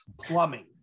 plumbing